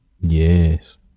Yes